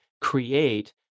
create